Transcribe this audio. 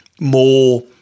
more